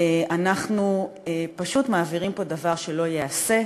אנחנו פשוט מעבירים פה דבר שלא ייעשה,